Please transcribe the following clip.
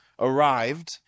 arrived